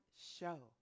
show